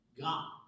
God